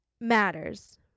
matters